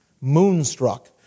moonstruck